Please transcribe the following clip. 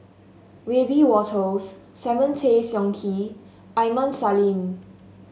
Wiebe Wolters Simon Tay Seong Chee Aini Salim